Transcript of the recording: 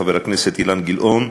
חבר הכנסת אילן גילאון,